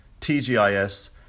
TGIS